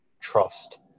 trust